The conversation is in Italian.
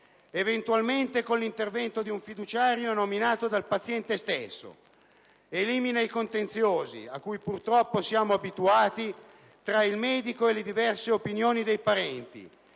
eventualmente con l'intervento di un fiduciario nominato dal paziente stesso, elimina i contenziosi, a cui purtroppo siamo abituati, tra il medico e le diverse opinioni dei parenti,